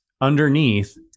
underneath